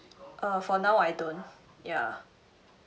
uh for now I don't ya